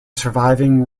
surviving